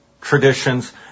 traditions